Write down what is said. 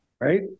right